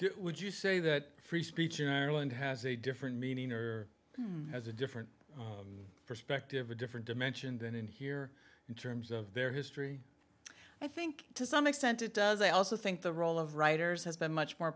would you say that free speech in ireland has a different meaning or has a different perspective a different dimension than in here in terms of their history i think to some extent it does i also think the role of writers has been much more